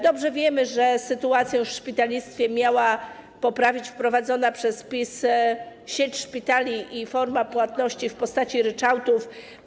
Dobrze wiemy, że sytuację w szpitalnictwie miała poprawić wprowadzona przez PiS sieć szpitali i formy płatności w postaci ryczałtów.